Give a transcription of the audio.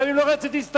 גם אם לא רציתי להסתכל,